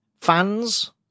fans